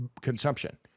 consumption